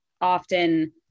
often